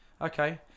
Okay